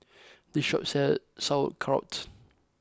this shop sells Sauerkraut